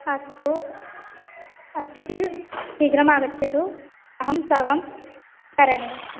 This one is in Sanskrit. अस्तु अस्ति चेत् शीघ्रमागच्छतु अहं सर्वं करणीयम्